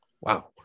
Wow